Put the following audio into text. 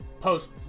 post